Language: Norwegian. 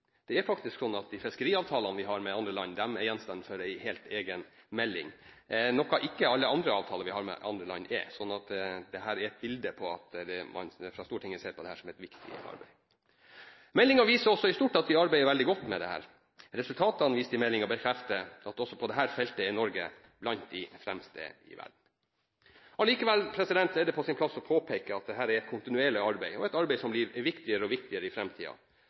er faktisk sånn at de fiskeriavtalene vi har med andre land, er gjenstand for en helt egen melding, noe ikke alle andre avtaler vi har med andre land, er. Så dette er et bilde på at man fra Stortingets side ser på dette som et viktig arbeid. Meldingen viser også i stort at vi arbeider veldig godt med dette. Resultatene vist i meldingen bekrefter at også på dette feltet er Norge blant de fremste i verden. Allikevel er det på sin plass å påpeke at dette er et kontinuerlig arbeid, og et arbeid som blir viktigere og viktigere i